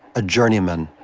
a journeyman.